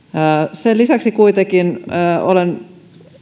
sen lisäksi kuitenkin olen